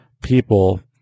people